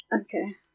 Okay